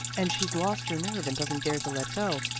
and she's lost her nerve and doesn't dare to let go.